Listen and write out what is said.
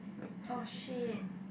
oh shit